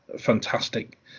fantastic